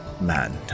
man